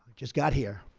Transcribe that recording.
just got here.